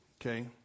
okay